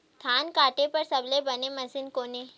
धान काटे बार सबले बने मशीन कोन हे?